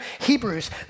Hebrews